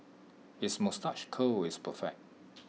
his moustache curl is perfect